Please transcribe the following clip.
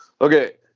Okay